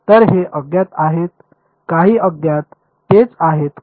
तर हे अज्ञात आहेत काही अज्ञात तेच आहेत काय